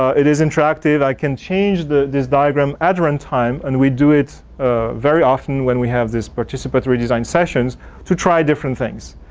it is interactive i can change this diagram at your own time and we do it very often when we have this participatory design sessions to try different things.